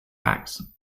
backs